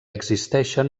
existeixen